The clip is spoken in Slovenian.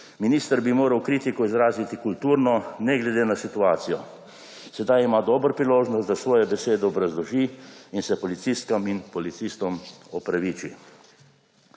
Minister bi moral kritiko izraziti kulturno, ne glede na situacijo. Sedaj ima dobro priložnost, da svoje besede obrazloži in se policistom in policistkam opraviči.